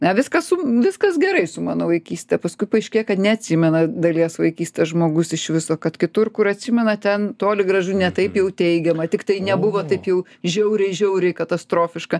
ne viskas su m viskas gerai su mano vaikyste paskui paaiškėja kad neatsimena dalies vaikystės žmogus iš viso kad kitur kur atsimena ten toli gražu ne taip jau teigiama tiktai nebuvo taip jau žiauriai žiauriai katastrofiška